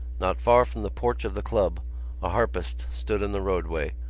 not far from the porch of the club a harpist stood in the roadway,